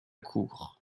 cour